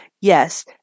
Yes